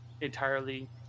entirely